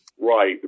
Right